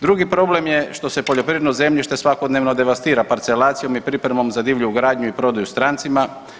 Drugi problem je što se poljoprivredno zemljište svakodnevno devastira parcelacijom i pripremom za divlju gradnju i prodaju strancima.